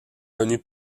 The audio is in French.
connu